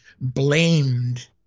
blamed